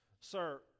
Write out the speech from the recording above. Sir